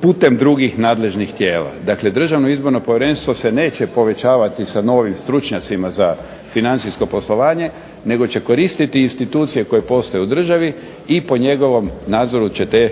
putem drugih nadležnih tijela. Dakle Državno izborno povjerenstvo se neće povećavati sa novim stručnjacima za financijsko poslovanje, nego će koristiti institucije koje postoje u državi i po njegovom nadzoru će te,